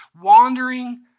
wandering